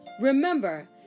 Remember